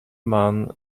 man